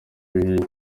bihiye